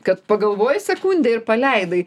kad pagalvoji sekundę ir paleidai